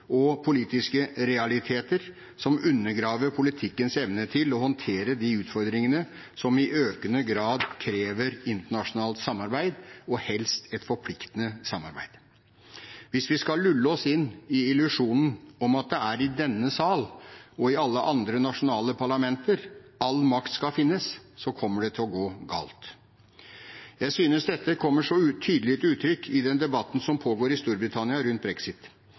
og politiske realiteter som undergraver politikkens evne til å håndtere de utfordringene som i økende grad krever internasjonalt samarbeid, og helst et forpliktende samarbeid. Hvis vi skal lulle oss inn i illusjonen om at det er i denne sal – og i alle andre nasjonale parlamenter – all makt skal finnes, kommer det til å gå galt. Jeg synes dette kommer så tydelig til uttrykk i den debatten som pågår i Storbritannia rundt brexit.